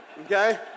okay